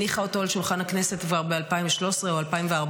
הניחה אותו על שולחן הכנסת כבר ב-2013 או ב-2014,